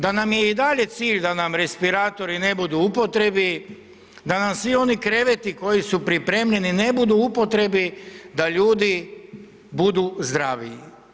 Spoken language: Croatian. Da nam je i dalje cilj da nam respiratori ne budu u upotrebi, da nam svi oni kreveti koji su pripremljeni ne budu u upotrebi, da ljudi budu zdravi.